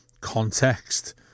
context